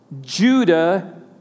Judah